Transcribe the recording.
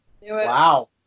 Wow